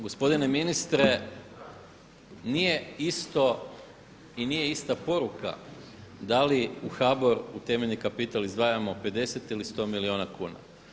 Gospodine ministre, nije isto i nije ista poruka da li u HBOR u temeljni kapital izdvajamo 50 ili 100 milijuna kuna.